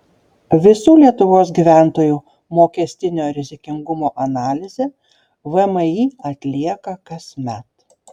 visų lietuvos gyventojų mokestinio rizikingumo analizę vmi atlieka kasmet